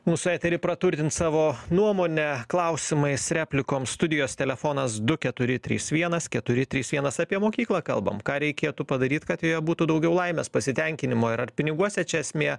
mūsų eterį praturtint savo nuomone klausimais replikom studijos telefonas du keturi trys vienas keturi trys vienas apie mokyklą kalbam ką reikėtų padaryt kad joje būtų daugiau laimės pasitenkinimo ir ar piniguose čia esmė